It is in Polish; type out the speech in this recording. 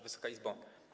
Wysoka Izbo!